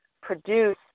produce